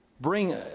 bring